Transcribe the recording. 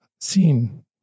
seen